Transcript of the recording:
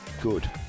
Good